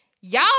y'all